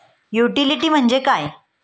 Utility म्हणजे काय?